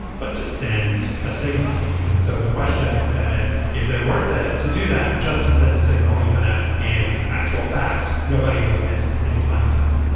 but to send a signal. and so the question then is, is it worth it to do that justice send a signal, even if in actual fact, nobody would miss any playing time?